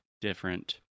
different